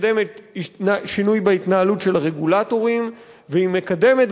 היא מקדמת שינוי בהתנהלות של הרגולטורים והיא מקדמת